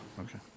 Okay